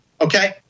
Okay